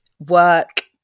work